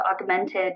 augmented